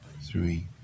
three